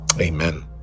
Amen